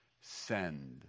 send